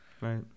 right